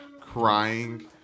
crying